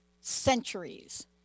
centuries